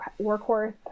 workhorse